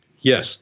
Yes